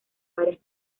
varias